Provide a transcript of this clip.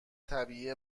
طبیعی